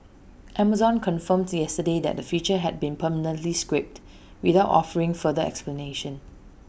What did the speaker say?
Amazon confirmed yesterday that the feature had been permanently scrapped without offering further explanation